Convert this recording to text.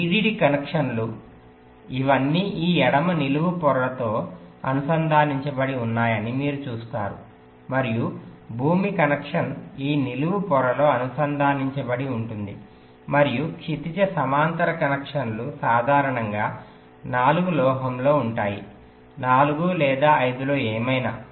VDD కనెక్షన్లు ఇవన్నీ ఈ ఎడమ నిలువు పొరతో అనుసంధానించబడి ఉన్నాయని మీరు చూస్తారు మరియు భూమి కనెక్షన్ ఈ నిలువు పొరతో అనుసంధానించబడి ఉంటుంది మరియు క్షితిజ సమాంతర కనెక్షన్లు సాధారణంగా 4 లోహంలో ఉంటాయి 4 లేదా 5 లో ఏమైనా